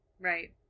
Right